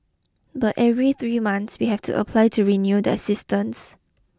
but every three months we have to apply to renew that assistance